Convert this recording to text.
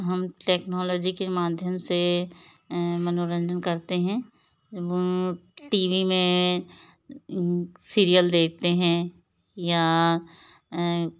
हम टेक्नोलॉजी के माध्यम से मनोरंजन करते हैं जब टी वी में सीरियल देखते हैं या